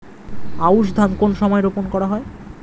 আউশ ধান কোন সময়ে রোপন করা হয়?